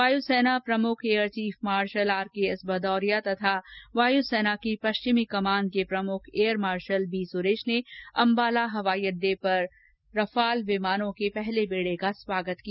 वायुसेना प्रमुख air chief marshal RKS मदौरिया तथा वायुसेना की पश्चिमी कमान के प्रमुख एयर मार्शल बीसुरेश ने अंबाला हवाई अड्डे पर पांच रफाल विमानों के पहले बेड़े का स्वागत किया